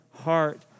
heart